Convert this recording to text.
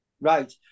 Right